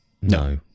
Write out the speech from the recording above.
No